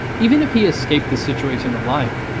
even if he escaped the situation alive,